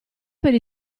per